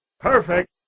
Perfect